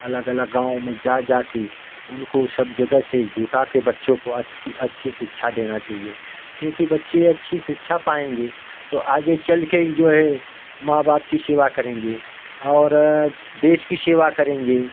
अगल अलग गाँव में जा जा कर उनको सब जगह से जुटा कर बच्चों को अस्सी अच्छी शिक्षा देना चाहिए क्योंकि बच्चे अच्छी शिक्षा पाएँगे तो आगे चल कर ही जो है माँ बाप की सेवा करेंगे और देश की सेवा करेंगे